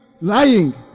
lying